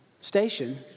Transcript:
station